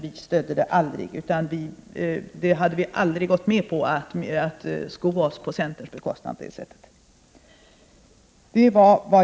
Vi hade aldrig gått med på att sko oss på centerns bekostnad.